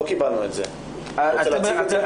לא קיבלנו את זה, אתה רוצה להציג את זה?